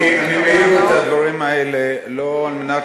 אני מעיר את הדברים האלה לא על מנת